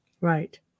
Right